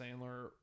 sandler